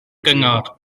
gyngor